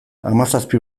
hamazazpi